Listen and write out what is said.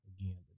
again